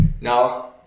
Now